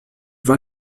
war